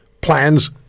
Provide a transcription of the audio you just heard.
plans